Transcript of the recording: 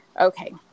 Okay